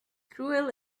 cruel